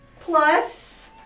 plus